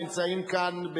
הנמצאים כאן,